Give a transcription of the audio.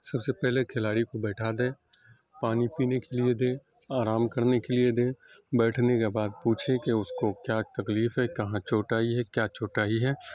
سب سے پہلے کھلاڑی کو بیٹھا دیں پانی پینے کے لیے دیں آرام کرنے کے لیے دیں بیٹھنے کے بعد پوچھیں کہ اس کو کیا تکلیف ہے کہاں چوٹ آئی ہے کیا چوٹ آئی ہے